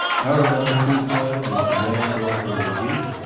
arabella trefoil was the granddaughter of a duke,